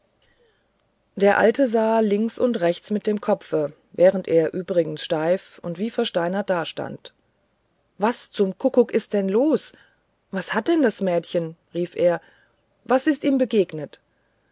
der alte sah links und rechts mit dem kopfe während er übrigens steif und wie versteinert stand was zum kuckuck ist denn los was hat denn das mädchen rief er was ist ihm begegnet